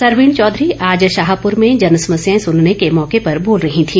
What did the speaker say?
सरवीण चौधरी आज शाहपुर में जनसमस्याएं सुनने के मौके पर बोल रही थी